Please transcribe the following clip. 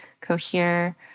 Cohere